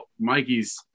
Mikey's